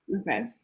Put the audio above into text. Okay